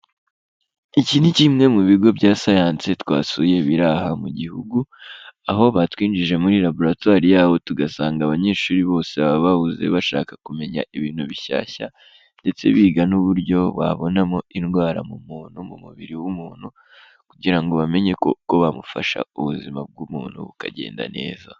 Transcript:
Iki ni kimwe mu bigo bya sayanse twasuye biri aha mu gihugu, aho batwinjije muri raboratwari yabo tugasanga abanyeshuri bose baba bahuze bashaka kumenya ibintu bishyashya, ndetse biga n'uburyo babonamo indwara mu muntu, mu mubiri w'umuntu kugira ngo bamenye uko bamufasha, ubuzima bw'umuntu bukagenda neza.